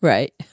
Right